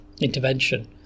intervention